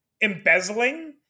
embezzling